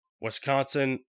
Wisconsin